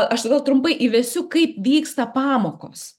aš gal trumpai įvesiu kaip vyksta pamokos